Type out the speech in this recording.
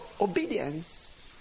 obedience